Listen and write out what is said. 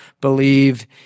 believe